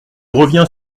reviens